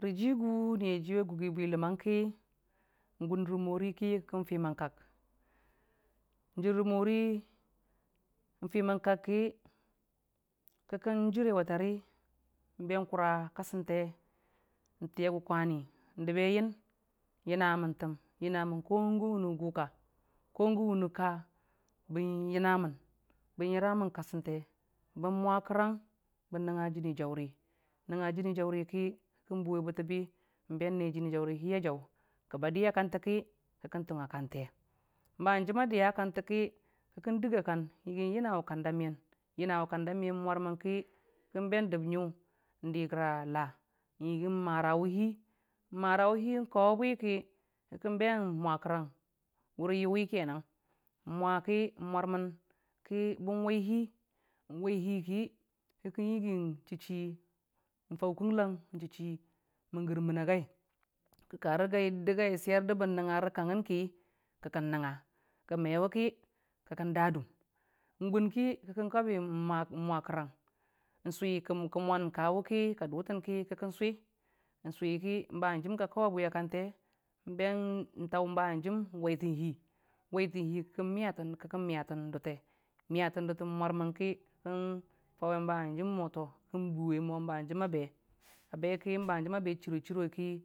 Rə jigu Niya joyu a gugi bwi ləmangki gun rə mori ki kən fimən kak jər rə mori nfiməm kak ki, ki kən Jəre wa tari nbe kura kasənte a gʊ kwani ndəbe yən, yənamən yəna mən gən wʊne gɨka ko gən wʊnə ga nyənamən bən yəramən kasənte bən mwa kərang bən nəngnga Jəni Jauri, nəngnga Jəni Jauri ki kən bʊwe bətəbi kikən ne Jəni Jauri hi a jau ba diya kante ki, ki kən tən a kante ba hanjim a diya kante ki, ki kən dəga kan yəgi yənawe kan da miyən ki mwarmən ki kən be dəb ngʊ ndi gra La di marawe hi, ma'awe hi kawebi ki kən be mwa kərang wʊrə yʊwi kenan mwaki mwarmən ki bən wai hi ki, ki kən yəgi chichi fan kənling chichi mən yərməna gai ka dagi swer dəbən nəngnga rə kangngən ki, ki kən nəngnga mewe ki, kikən dadum gun ki kən kabi mwa kərang switən ki mwan kawe ki kən swi, switən ki a kobiyewa kan, koboye wa kante ki kən tau hanjim waitən hi miyatən kikən miyatən dʊte miyatən dʊte mwarmənki fanwe hanji mo be chiro chiroyi a chiro chironi ki.